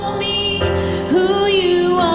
me who you